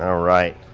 and right,